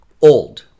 old